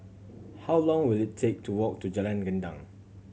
how long will it take to walk to Jalan Gendang